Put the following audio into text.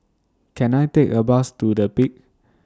Can I Take A Bus to The Peak